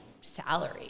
salary